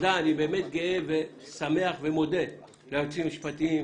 אני באמת גאה ושמח ומודה ליועצים המשפטיים,